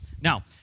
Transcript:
Now